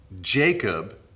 Jacob